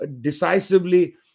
decisively